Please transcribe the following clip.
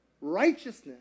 Righteousness